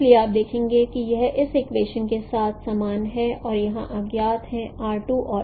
इसलिए आप देखेंगे कि यह इस इक्वेशन के साथ समान है और यहाँ अज्ञात है और